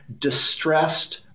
distressed